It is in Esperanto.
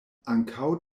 ankaŭ